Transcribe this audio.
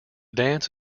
dance